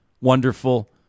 wonderful